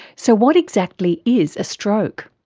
so what exactly is a stroke?